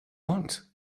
want